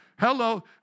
Hello